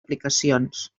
aplicacions